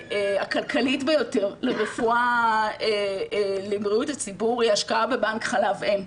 הכלכלית ביותר לבריאות הציבור היא השקעה בבנק חלב אם.